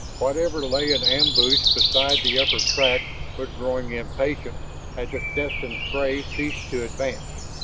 whatever lay in ambush beside the upper track was growing impatient as its destined prey ceased to advance,